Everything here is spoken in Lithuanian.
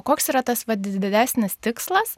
koks yra tas vat didesnis tikslas